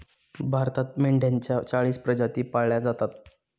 भारतात मेंढ्यांच्या चाळीस प्रजाती पाळल्या जातात